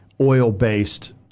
oil-based